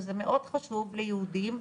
שזה מאוד חשוב ליהודים,